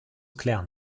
klären